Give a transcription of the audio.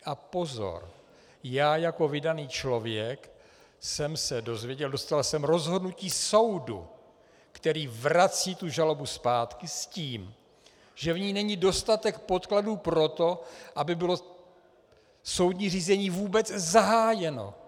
A pozor já jako vydaný člověk, jsem se dozvěděl, dostal jsem rozhodnutí soudu, který vrací tu žalobu zpátky s tím, že v ní není dostatek podkladů pro to, aby bylo soudní řízení vůbec zahájeno.